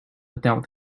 without